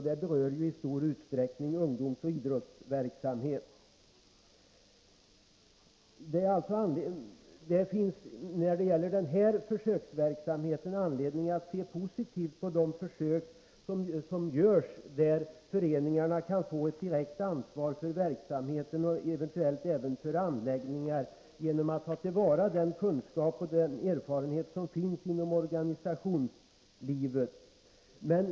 Detta berör i stor utsträckning ungdomsoch idrottsverksamheten. När det gäller denna försöksverksamhet finns anledning att se positivt på de försök som görs och där föreningar kan få ett direkt ansvar för verksamheter och eventuellt även för anläggningar. Man tar på så sätt till vara den kunskap och de erfarenheter som finns inom organisationslivet.